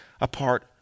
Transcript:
apart